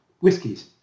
whiskies